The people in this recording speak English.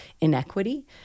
inequity